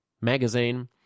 Magazine